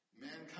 mankind